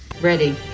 ready